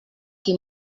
qui